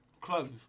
clothes